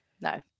no